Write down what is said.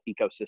ecosystem